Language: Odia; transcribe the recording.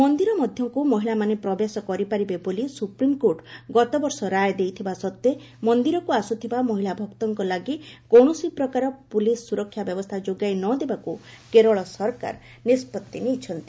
ମନ୍ଦିର ମଧ୍ୟକୁ ମହିଳାମାନେ ପ୍ରବେଶ କରିପାରିବେ ବୋଲି ସୁପ୍ରିମକୋର୍ଟ ଗତବର୍ଷ ରାୟ ଦେଇଥିବା ସତ୍ୱେ ମନ୍ଦିରକୁ ଆସୁଥିବା ମହିଳା ଭକ୍ତଙ୍କ ଲାଗି କୌଣସି ପ୍ରକାର ପୋଲିସ ସୁରକ୍ଷା ବ୍ୟବସ୍ଥା ଯୋଗାଇ ନ ଦେବାକୁ କେରଳ ସରକାର ନିଷ୍ପଭି ନେଇଛନ୍ତି